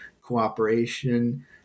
cooperation